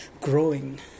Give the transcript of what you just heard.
growing